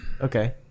Okay